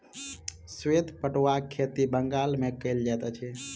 श्वेत पटुआक खेती बंगाल मे कयल जाइत अछि